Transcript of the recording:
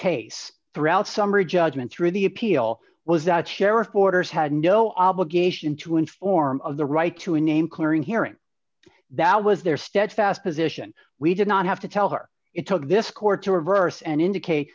case throughout summary judgment through the appeal was that sheriff orders had no obligation to inform of the right to a name clearing hearing that was their steadfast position we did not have to tell her it took this court to reverse and indicate